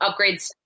Upgrades